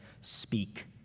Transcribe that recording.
Speak